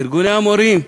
ארגוני המורים,